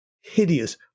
hideous